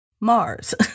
Mars